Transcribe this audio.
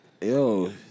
yo